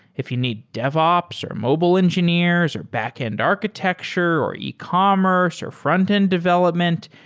if you need devops, or mobile engineers, or backend architecture, or ecommerce, or frontend development,